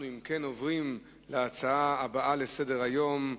אנחנו עוברים להצעות הבאות לסדר-היום,